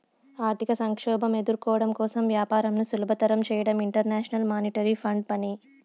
ఆర్థిక సంక్షోభం ఎదుర్కోవడం కోసం వ్యాపారంను సులభతరం చేయడం ఇంటర్నేషనల్ మానిటరీ ఫండ్ పని